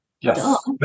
Yes